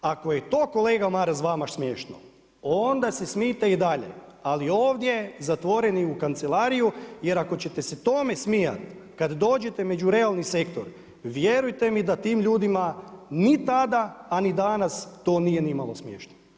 Ako je to kolega Maras vama smiješno onda se smijte i dalje ali ovdje zatvoreni u kancelariju jer ako ćete se tome smijati kada dođete među realni sektor, vjerujte mi da tim ljudima ni tada a ni danas to nije nimalo smiješno.